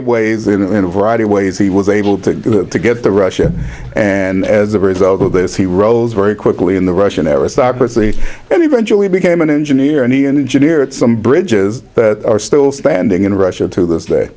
of ways in a variety of ways he was able to get the russian and as a result of this he rose very quickly in the russian aristocracy and eventually became an engineer and he and engineer at some bridges that are still standing in russia to th